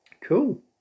Cool